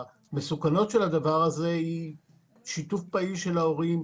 המסוכנות של הדבר הזה היא שיתוף פעיל של ההורים.